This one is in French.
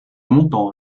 montant